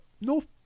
North